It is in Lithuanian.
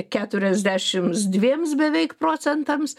keturiasdešims dviems beveik procentams